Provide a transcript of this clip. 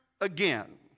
again